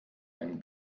einen